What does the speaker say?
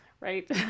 Right